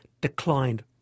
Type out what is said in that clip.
declined